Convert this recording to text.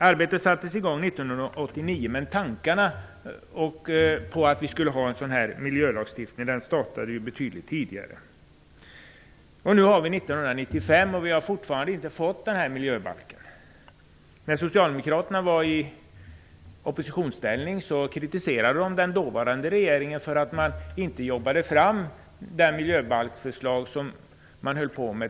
Arbetet sattes i gång 1989, men tankarna på en sådan här miljölagstiftning uppstod betydligt tidigare. Nu är det 1995, och vi har ännu inte fått någon miljöbalk. När Socialdemokraterna var i oppositionsställning kritiserade de den dåvarande regeringen för att den inte tillräckligt snabbt jobbade fram det miljöbalksförslag som man höll på med.